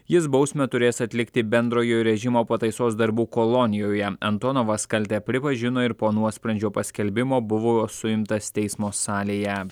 jis bausmę turės atlikti bendrojo režimo pataisos darbų kolonijoje antonovas kaltę pripažino ir po nuosprendžio paskelbimo buvo suimtas teismo salėje